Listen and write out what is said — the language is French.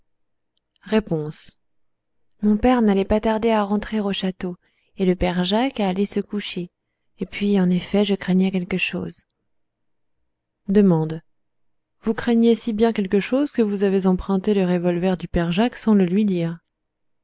mon père n'allait pas tarder à rentrer au château et le père jacques à aller se coucher et puis en effet je craignais quelque chose d vous craigniez si bien quelque chose que vous avez emprunté le revolver du père jacques sans le lui dire